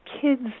kids